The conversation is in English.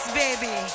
baby